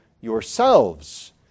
yourselves